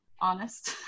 honest